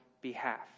behalf